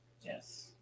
Yes